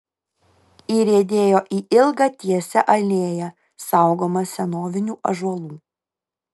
įriedėjo į ilgą tiesią alėją saugomą senovinių ąžuolų